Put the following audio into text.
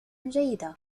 جيدة